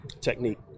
Technique